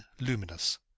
luminous